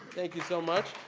thank you so much.